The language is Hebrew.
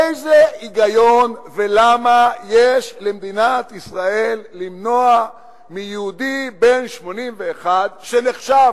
איזה היגיון ולמה יש למדינת ישראל למנוע מיהודי בן 81 שנחשב,